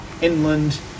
inland